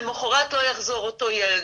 למוחרת לא יחזור אותו ילד.